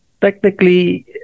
technically